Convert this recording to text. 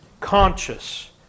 conscious